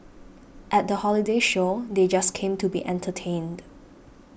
at the holiday show they just came to be entertained